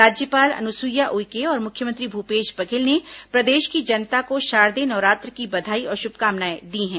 राज्यपाल अनुसुईया उइके और मुख्यमंत्री भूपेश बघेल ने प्रदेश की जनता को शारदेय नवरात्र की बधाई और शुभकामनाएं दी हैं